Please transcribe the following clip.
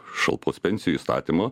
šalpos pensijų įstatymo